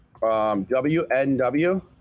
WNW